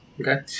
Okay